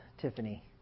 Tiffany